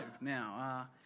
now